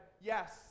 yes